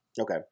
okay